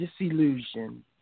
disillusion